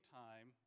time